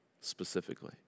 specifically